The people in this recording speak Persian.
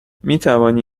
میتوانی